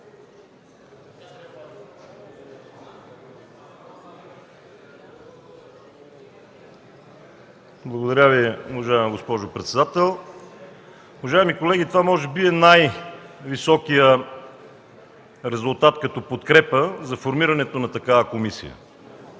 Благодаря Ви, уважаема госпожо председател. Уважаеми колеги, това може би е най-високият резултат като подкрепа за формирането на такава комисия.